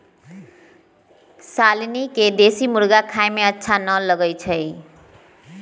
शालनी के देशी मुर्गी खाए में अच्छा न लगई छई